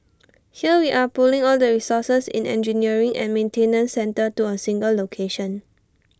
here we are pulling all the resources in engineering and maintenance centre to A single location